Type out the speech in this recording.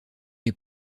les